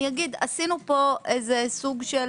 אני אגיד שעשינו פה איזה סוג של